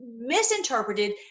misinterpreted